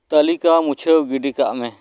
ᱛᱟᱹᱞᱤᱠᱟ ᱢᱩᱪᱷᱟᱹᱣ ᱜᱤᱰᱤᱠᱟᱜ ᱢᱮ